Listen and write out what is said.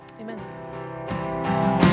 amen